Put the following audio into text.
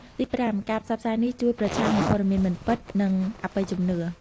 ទីប្រាំ ការផ្សព្វផ្សាយនេះជួយប្រឆាំងនឹងព័ត៌មានមិនពិត និងអបិយជំនឿ។